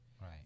Right